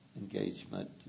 engagement